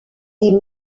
les